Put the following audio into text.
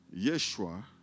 Yeshua